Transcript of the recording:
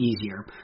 easier